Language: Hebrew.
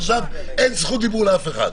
אין זכות דיבור לאף אחד.